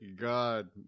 god